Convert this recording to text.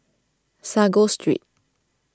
Sago Street